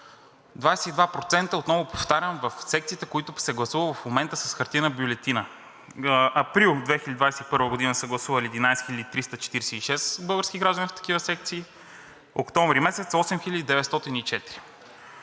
22%, отново повтарям, в секциите, в които се гласува в момента с хартиена бюлетина! През април 2021 г. са гласували 11 346 български граждани в такива секции, октомври месец са 8904.